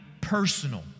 personal